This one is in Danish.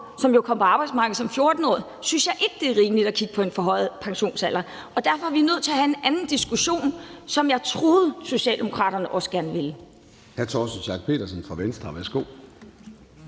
som jo kom ud på arbejdsmarkedet som 14-årig, synes jeg ikke det er rimeligt at kigge på en forhøjet pensionsalder for, og derfor er vi nødt til at have en anden diskussion, hvad jeg troede Socialdemokraterne også gerne ville.